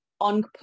on